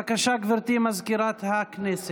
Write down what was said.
בבקשה, גברתי מזכירת הכנסת.